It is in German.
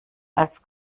als